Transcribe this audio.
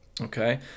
Okay